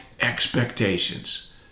expectations